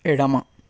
ఎడమ